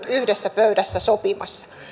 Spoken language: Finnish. yhdessä pöydässä sopimassa